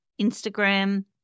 Instagram